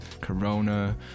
corona